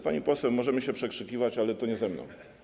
Pani poseł, możemy się przekrzykiwać, ale to nie ze mną.